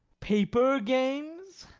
paper games?